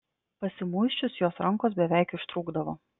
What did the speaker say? pasimuisčius jos rankos beveik ištrūkdavo